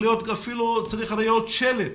אפילו צריך להיות שלט